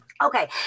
Okay